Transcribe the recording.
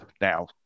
now